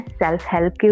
self-help